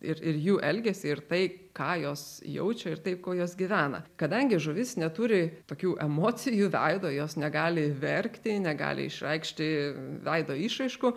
ir ir jų elgesį ir tai ką jos jaučia ir tai kuo jos gyvena kadangi žuvis neturi tokių emocijų veido jos negali verkti negali išraikšti veido išraiškų